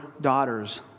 daughters